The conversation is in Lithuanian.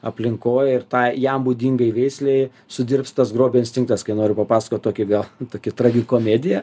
aplinkoj ir tai jam būdingai veislei sudirbs tas grobio instinktas kai noriu papasakot tokį gal tokį tragikomediją